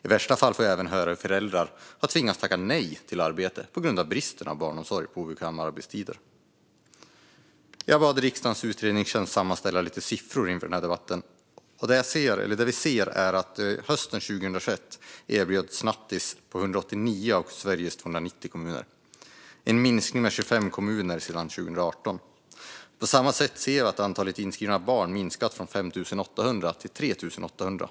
I värsta fall får jag även höra hur föräldrar har tvingats tacka nej till arbete på grund av brist på barnomsorg på obekväma arbetstider. Jag bad riksdagens utredningstjänst att sammanställa lite siffror inför denna debatt. Det vi ser är att hösten 2021 erbjöds nattis i 189 av Sveriges 290 kommuner. Det är en minskning med 25 kommuner sedan 2018. På samma sätt ser vi att antalet inskrivna barn minskat från 5 800 till 3 800.